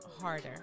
harder